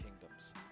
kingdoms